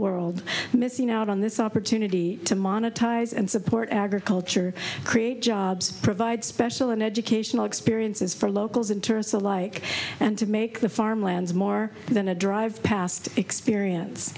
world missing out on this opportunity to monetize and support agriculture create jobs provide special and educational experiences for locals and tourists alike and to make the farmlands more than a drive past experience